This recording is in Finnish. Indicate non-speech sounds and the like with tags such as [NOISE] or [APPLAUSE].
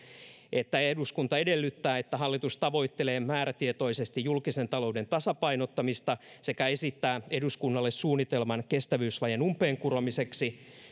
eduskunta edellyttää että hallitus tavoittelee määrätietoisesti julkisen talouden tasapainottamista sekä esittää eduskunnalle suunnitelman kestävyysvajeen umpeen kuromiseksi [UNINTELLIGIBLE]